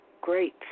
great